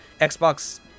Xbox